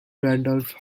randolph